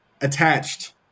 attached